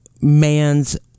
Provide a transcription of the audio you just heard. man's